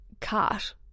cart